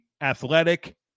athletic